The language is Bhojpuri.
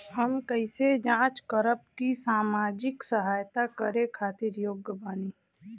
हम कइसे जांच करब की सामाजिक सहायता करे खातिर योग्य बानी?